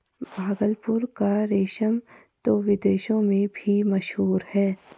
भागलपुर का रेशम तो विदेशों में भी मशहूर है